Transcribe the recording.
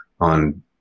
on